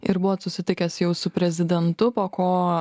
ir buvot susitikęs jau su prezidentu po ko